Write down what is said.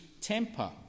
temper